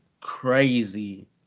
crazy